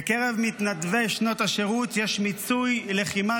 בקרב מתנדבי שנות השירות יש מיצוי לחימה